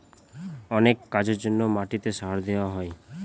অনেক কাজের জন্য মাটিতে সার দেওয়া হয়